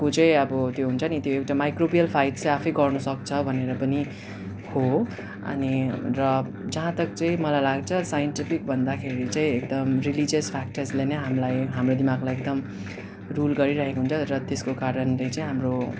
को चाहिँ अब त्यो हुन्छ नि त्यो एउटा माइक्रोबियल फाइबस् चाहिँ आफै गर्नुसक्छ भनेर पनि हो अनि र जहाँतक चाहिँ मलाई लाग्छ साइन्टिफिक भन्दाखेरि चाहिँ एकदम रिलिजियस फ्याक्टरहरूलाई नै हामीलाई हाम्रो दिमागलाई एकदम रुल गरिरहेको हुन्छ र त्यसको कारणले चाहिँ हाम्रो